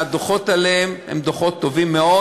והדוחות על כך הם דוחות טובים מאוד.